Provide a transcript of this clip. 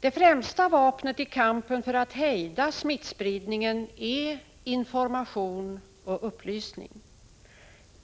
Det främsta vapnet i kampen för att hejda smittspridningen är information och upplysning.